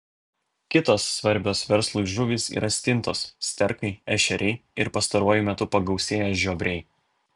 kitos svarbios verslui žuvys yra stintos sterkai ešeriai ir pastaruoju metu pagausėję žiobriai